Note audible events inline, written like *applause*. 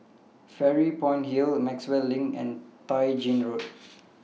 Fairy Point Hill Maxwell LINK and Tai Gin Road *noise*